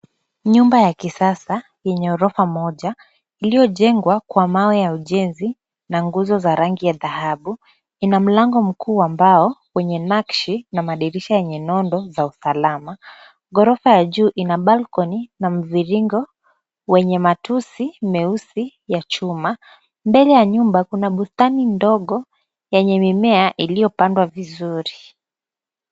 Nyumba ya kisasa yenye orofa moja iliyojengwa kwa mawe ya ujenzi na nguzo za rangi ya dhahabu. Ina mlango mkuu wa mbao wenye nakshi na madirisha yenye nondo za usalama. Ghorofa ya juu ina balcony ya mviringo wenye matusi meusi ya chuma. Mbele ya nyumba ,kuna bustani ndogo yenye mimea iliyopandwa vizuri.